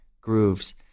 grooves